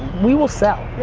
we will sell.